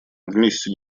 вместе